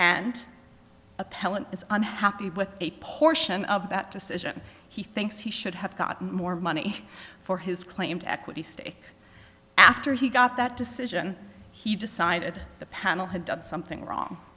appellant is unhappy with a portion of that decision he thinks he should have got more money for his claimed equity stake after he got that decision he decided the panel had done something wrong